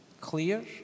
clear